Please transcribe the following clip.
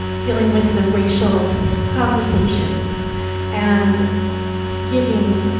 dealing with the racial conversations and giving,